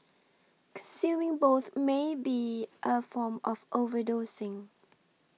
consuming both may be a form of overdosing